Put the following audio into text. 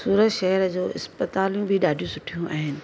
सूरत शहर जो इस्पतालियूं बि ॾाढियूं सुठियूं आहिनि